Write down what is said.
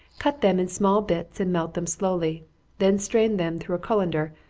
cut them in small bits, and melt them slowly then strain them through a cullender,